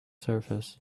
surface